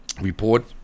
report